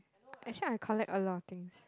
actually I collect a lots of things